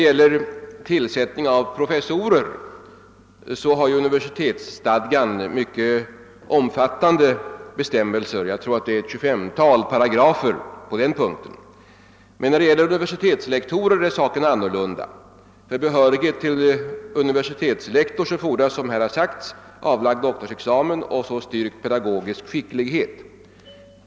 För tillsättande av professurer har universitetsstadgan mycket omfattande bestämmelser — jag tror att det finns ett tjugofemtal paragrafer på den punkten. Men när det gäller universitetslektorer förhåller det sig annorlunda. För behörighet som universitetslektor fordras, som framhålles i svaret, avlagd doktorsexamen och styrkt pedagogisk skicklighet.